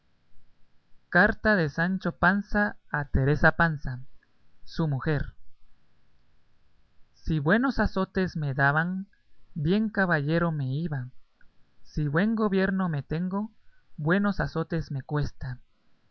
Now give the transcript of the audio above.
carta de sancho panza a teresa panza su mujer si buenos azotes me daban bien caballero me iba si buen gobierno me tengo buenos azotes me cuesta